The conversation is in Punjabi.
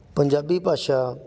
ਪੰਜਾਬੀ ਭਾਸ਼ਾ